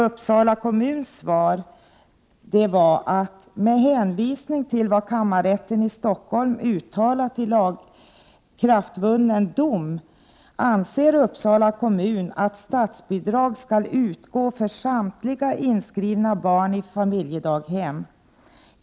Uppsala kommuns svar var: Med hänvisning till vad kammarrätten i Stockholm uttalat i lagakraftvunnen dom anser Uppsala kommun att statsbidrag skall utgå för samtliga inskrivna barn i familjedaghem.